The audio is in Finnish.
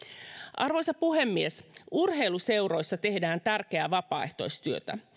arvoisa puhemies urheiluseuroissa tehdään tärkeää vapaaehtoistyötä